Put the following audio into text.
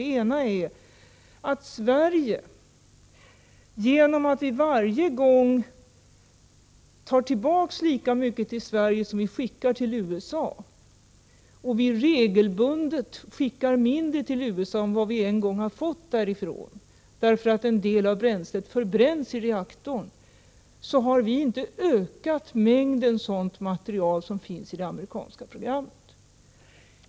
Det ena är att Sverige genom att vi varje gång tar tillbaka lika mycket material som vi skickar till USA och regelbundet skickar mindre till USA än vad vi en gång har fått därifrån — därför att en del av bränslet förbränns i reaktorn — inte har ökat den mängd sådant material som finns i det amerikanska programmet.